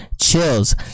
chills